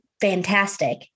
fantastic